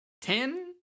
Ten